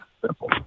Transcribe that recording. simple